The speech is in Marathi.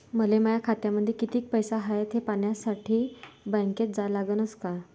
मले माया खात्यामंदी कितीक पैसा हाय थे पायन्यासाठी बँकेत जा लागनच का?